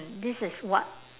this is what